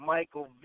Michael